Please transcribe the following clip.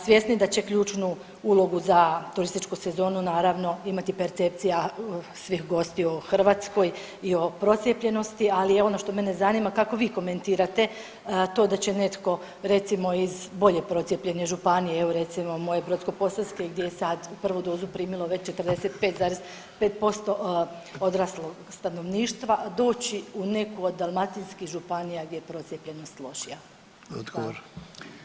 Svjesni da će ključnu ulogu za turističku sezonu naravno imati percepcija svih gostiju u Hrvatskoj i o procijepljenosti, ali ono što mene zanima kako vi komentirate to da će netko recimo iz bolje procijepljene županije, evo recimo moje Brodsko-posavske gdje je sad prvu dozu primilo već 45,5% odraslog stanovništva doći u neku od dalmatinskih županija gdje je procijepljenost lošija.